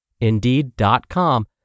Indeed.com